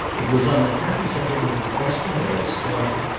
it was on the happy settlement of the question that i started.